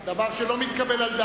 אולי התעודה שלך מזויפת בכלל.